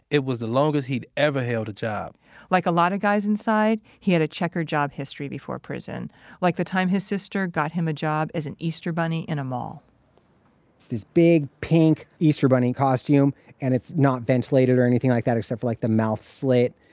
it was the longest he'd ever held a job like a lot of guys inside, he had a checkered job history before prison like the time his sister got him a job as an easter bunny in a mall it's this big pink easter bunny costume and it's not ventilated or anything like that except for, like, the mouth slit.